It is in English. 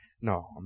No